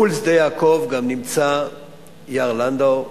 מול שדה-יעקב גם נמצא יער לנדאו,